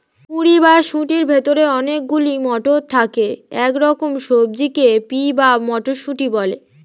কুঁড়ি বা শুঁটির ভেতরে অনেক গুলো মটর থাকে এরকম সবজিকে পি বা মটরশুঁটি বলে